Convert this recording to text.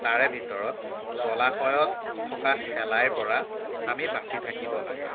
তাৰে ভিতৰত জলাশয়ত থকা শেলাইৰপৰা আমি বাচি থাকিব লাগে